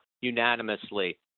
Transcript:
unanimously